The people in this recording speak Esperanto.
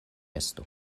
estu